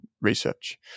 research